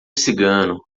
cigano